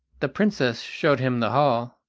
the princess showed him the hall,